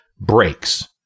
breaks